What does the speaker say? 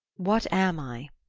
what am i?